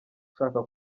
ushaka